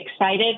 excited